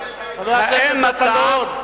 האם הצעת חוק,